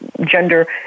gender